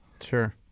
Sure